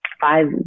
five